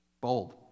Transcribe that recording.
Bold